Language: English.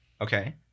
Okay